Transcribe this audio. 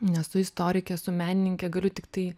nesu istorikė esu menininkė galiu tiktai